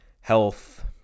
health